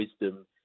wisdom